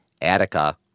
Attica